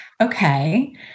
Okay